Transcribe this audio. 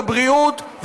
בבריאות,